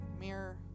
mirror